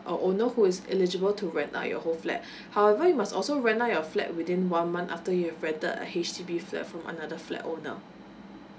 uh owner who is eligible to rent out your whole flat however you must also rent out your flat within one month after you have rented a H_D_B flat from another flat owner